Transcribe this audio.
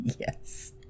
Yes